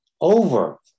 over-